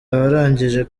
abarangije